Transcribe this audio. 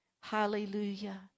Hallelujah